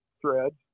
threads